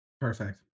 Perfect